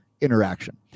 interaction